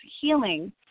healing